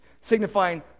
signifying